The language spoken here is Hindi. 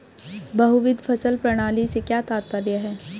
बहुविध फसल प्रणाली से क्या तात्पर्य है?